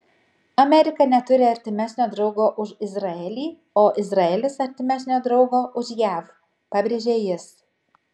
amerika neturi artimesnio draugo už izraelį o izraelis artimesnio draugo už jav pabrėžė jis